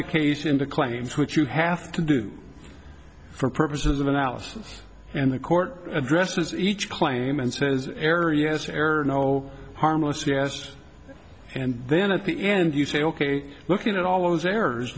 the case into claims which you have to do for purposes of analysis and the court addresses each claim and says error yes or no harmless yes and then at the end you say ok looking at all those errors